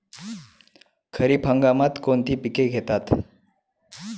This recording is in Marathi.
खरीप हंगामात कोणती पिके घेतात?